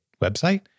website